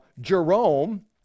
jerome